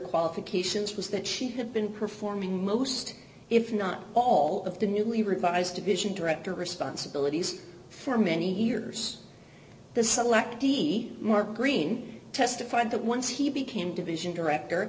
qualifications was that she had been performing most if not all of the newly revised division director responsibilities for many years the selectee mark green testified that once he became division director